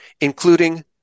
including